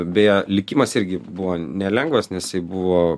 beje likimas irgi buvo nelengvas nes jisai buvo